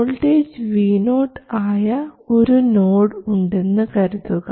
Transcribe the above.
voltage vo ആയ ഒരു node ഉണ്ടെന്ന് കരുതുക